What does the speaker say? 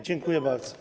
Dziękuję bardzo.